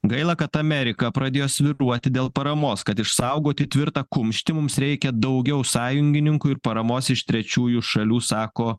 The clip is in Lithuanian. gaila kad amerika pradėjo svyruoti dėl paramos kad išsaugoti tvirtą kumštį mums reikia daugiau sąjungininkų ir paramos iš trečiųjų šalių sako